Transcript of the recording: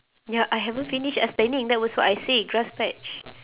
ya I haven't finish explaining that was what I say grass patch